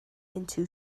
into